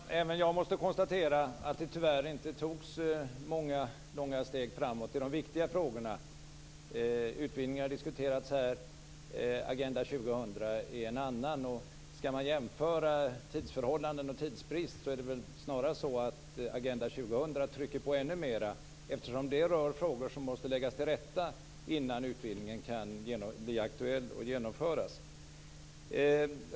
Fru talman! Jag måste konstatera att det tyvärr inte togs många långa steg framåt i de viktiga frågorna. Utvidgningen har diskuterats här, Agenda 2000 likaså. Skall man jämföra tidsförhållanden och tidsbrist är det väl snarast så att Agenda 2000 trycker på ännu mera, eftersom det rör frågor som måste läggas till rätta innan utvidgningen kan bli aktuell och genomföras.